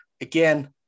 again